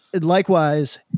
likewise